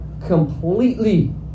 completely